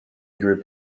group